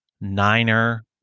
Niner